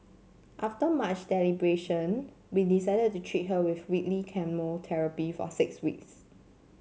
after much deliberation we decided to treat her with weekly chemotherapy for six weeks